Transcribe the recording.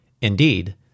indeed